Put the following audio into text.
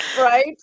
Right